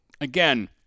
again